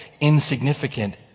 insignificant